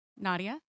Nadia